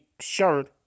shirt